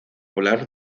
polar